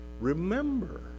Remember